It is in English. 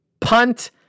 punt